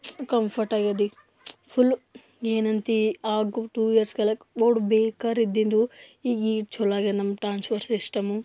comfort ಆಗಿದೆಯೀಗ full ಏನಂತೀ ಆಗ ಟು ಇಯರ್ಸ್ ಕೆಳಗೆ ಅಷ್ಟು ಬೇಕಾರಿದ್ದಿದ್ದು ಈಗ ಇಷ್ಟು ಚಲೋ ಆಗಿದೆ ನಮ್ಮ ಟ್ರಾನ್ಸ್ಫೊರ್ ಸಿಸ್ಟಮು